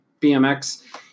BMX